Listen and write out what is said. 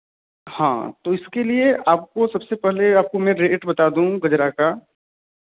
हाँ तो इसके लिए आपको सबसे पहले आपको मैं रेट बता दूँ गजरा का